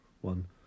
one